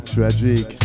Tragic